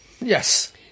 yes